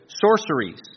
sorceries